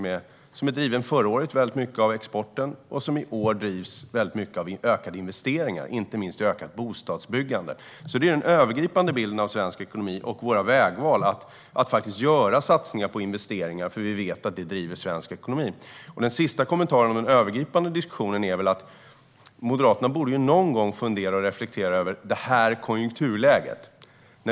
Förra året drevs den mycket av exporten medan den i år drivs av ökade investeringar, inte minst i ökat bostadsbyggande. Detta är den övergripande bilden av svensk ekonomi och våra vägval att faktiskt göra satsningar på investeringar. Vi vet att det driver svensk ekonomi. Vad gäller den sista kommentaren om den övergripande diskussionen borde Moderaterna någon gång fundera och reflektera över det rådande konjunkturläget.